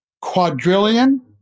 quadrillion